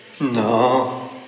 No